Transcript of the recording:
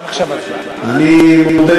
כל הזמן, גם כשאני מדבר עם מישהו.